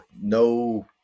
no